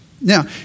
Now